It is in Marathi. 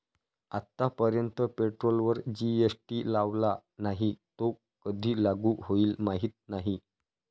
आतापर्यंत पेट्रोलवर जी.एस.टी लावला नाही, तो कधी लागू होईल माहीत नाही